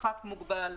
מרחק מוגבל,